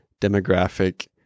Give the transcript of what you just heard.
demographic